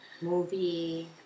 Movie